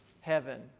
heaven